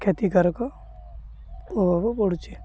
କ୍ଷତିକାରକ ପଡ଼ୁଛିି